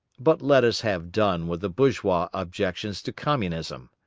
but let us have done with the bourgeois objections to communism.